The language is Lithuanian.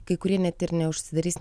kai kurie net ir neužsidarys